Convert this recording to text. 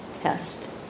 test